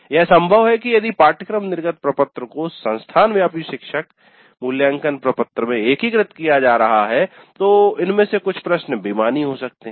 यह संभव है कि यदि पाठ्यक्रम निर्गत प्रपत्र को संस्थान व्यापी शिक्षक मूल्यांकन प्रपत्र में एकीकृत किया जा रहा है तो इनमें से कुछ प्रश्न बेमानी हो सकते हैं